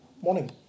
Morning